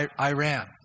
Iran